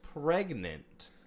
pregnant